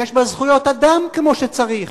שיש בה זכויות אדם כמו שצריך.